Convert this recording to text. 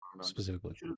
Specifically